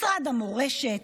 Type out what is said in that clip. משרד המורשת,